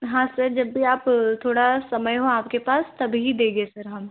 हाँ सर जब भी आप थोड़ा समय हो आपके पास तभी देगे सर हम